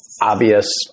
Obvious